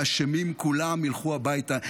והאשמים כולם ילכו הביתה.